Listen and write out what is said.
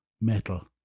metal